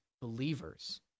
believers